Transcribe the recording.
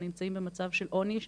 שנמצאים במצב של עוני,